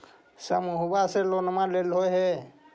समुहवा से लोनवा लेलहो हे?